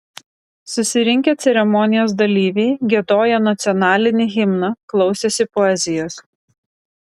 susirinkę ceremonijos dalyviai giedojo nacionalinį himną klausėsi poezijos